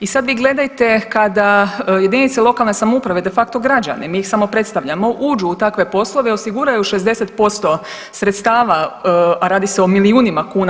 I sad vi gledajte kada jedinice lokalne samouprave de facto građani, mi ih samo predstavljamo uđu u takve poslove, osiguraju 60% sredstava a radi se o milijunima kuna.